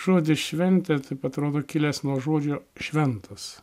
žodis šventė taip atrodo kilęs nuo žodžio šventas